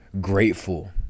grateful